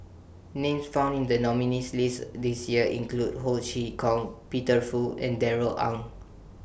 Names found in The nominees' list This Year include Ho Chee Kong Peter Fu and Darrell Ang